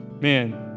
man